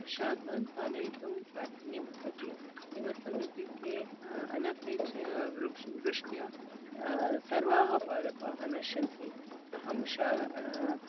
शाकान् पालयितुं काठिन्यं भवति किमर्थम् इत्युक्ते अनपेक्षवृष्ट्या सर्वाः पादपाः नश्यन्ति अहं शा